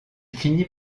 finit